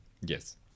Yes